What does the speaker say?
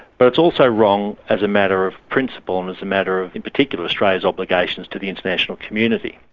but it's also wrong as a matter of principle and as a matter of, in particular, australia's obligations to the international community.